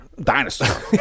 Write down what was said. Dinosaur